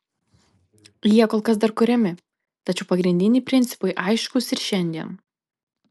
jie kol kas dar kuriami tačiau pagrindiniai principai aiškūs ir šiandien